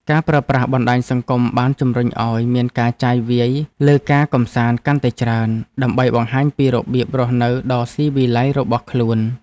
ការប្រើប្រាស់បណ្ដាញសង្គមបានជំរុញឱ្យមានការចាយវាយលើការកម្សាន្តកាន់តែច្រើន ដើម្បីបង្ហាញពីរបៀបរស់នៅដ៏ស៊ីវិល័យរបស់ខ្លួន។